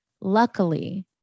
Luckily